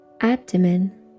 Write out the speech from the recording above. abdomen